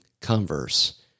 Converse